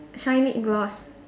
shine lip gloss